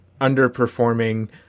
underperforming